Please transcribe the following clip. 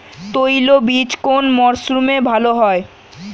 তৈলবীজ কোন মরশুমে ভাল হয়?